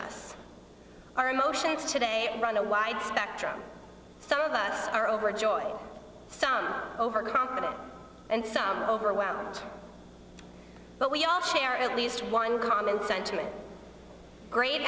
us our emotions today run a wide spectrum some of us are overjoyed some overconfident and some overwhelming but we all share at least one common sentiment great